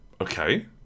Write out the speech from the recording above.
Okay